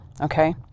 okay